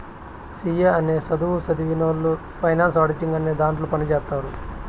C A అనే సధువు సదివినవొళ్ళు ఫైనాన్స్ ఆడిటింగ్ అనే దాంట్లో పని చేత్తారు